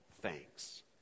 thanks